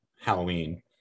Halloween